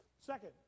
Second